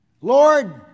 Lord